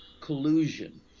collusion